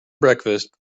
breakfast